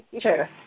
Sure